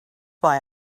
why